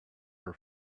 her